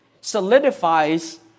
solidifies